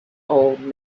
old